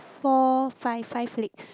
four five five legs